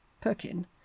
Perkin